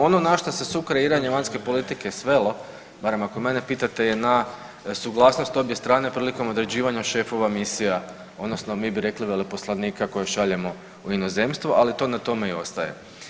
Ono na što se sukreiranje vanjske politike svelo, barem ako mene pitate je na suglasnost obje strane prilikom određivanja šefova misija odnosno mi bi rekli veleposlanika koje šaljemo u inozemstvo, ali to na tome i ostaje.